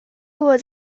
was